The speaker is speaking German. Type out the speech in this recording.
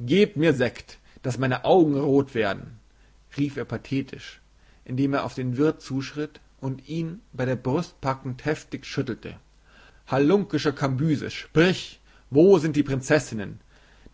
gebt mir sekt daß meine augen rot werden rief er pathetisch indem er auf den wirt zuschritt und ihn bei der brust packend heftig schüttelte halunkischer kambyses sprich wo sind die prinzessinnen